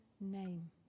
name